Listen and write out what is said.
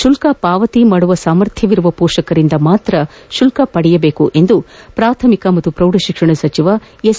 ಶುಲ್ಕ ಪಾವತಿಸುವ ಸಾಮರ್ಥ್ಯವಿರುವ ಸೋಷಕರಿಂದ ಮಾತ್ರ ಶುಲ್ಕ ಪಡೆಯಬೇಕು ಎಂದು ಪ್ರಾಥಮಿಕ ಮತ್ತು ಪ್ರೌಢಶಿಕ್ಷಣ ಸಚಿವ ಎಸ್